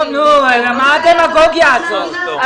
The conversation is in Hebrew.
מה הדמגוגיה הזאת?